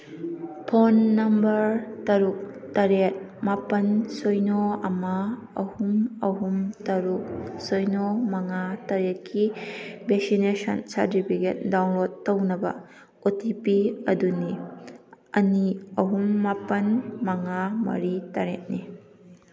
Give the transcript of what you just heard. phone number ꯇꯔꯨꯛ ꯇꯔꯦꯠ ꯃꯥꯄꯜ ꯁꯤꯅꯣ ꯑꯃ ꯑꯍꯨꯝ ꯑꯍꯨꯝ ꯇꯔꯨꯛ ꯁꯤꯅꯣ ꯃꯉꯥ ꯇꯔꯦꯠꯀꯤ ꯚꯦꯛꯁꯤꯟꯅꯦꯁꯟ ꯁꯥꯔꯗꯤꯕꯤꯒꯦꯠ ꯗꯥꯎꯟꯂꯣꯠ ꯇꯧꯅꯕ ꯑꯣ ꯇꯤ ꯄꯤ ꯑꯗꯨꯅꯤ ꯑꯅꯤ ꯑꯍꯨꯝ ꯃꯥꯄꯜ ꯃꯉꯥ ꯃꯔꯤ ꯇꯔꯦꯠꯅꯤ